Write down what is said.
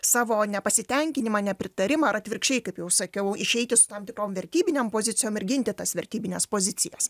savo nepasitenkinimą nepritarimą ar atvirkščiai kaip jau sakiau išeiti su tam tikrom vertybinėm pozicijomi ir ginti tas vertybines pozicijas